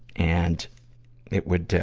and it would, ah,